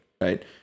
right